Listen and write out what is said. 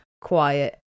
quiet